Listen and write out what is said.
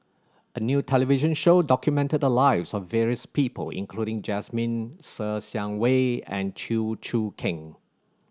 a new television show documented the lives of various people including Jasmine Ser Xiang Wei and Chew Choo Keng